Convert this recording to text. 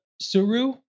Suru